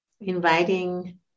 inviting